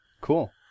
Cool